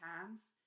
times